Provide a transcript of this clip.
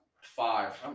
five